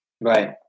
Right